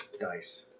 dice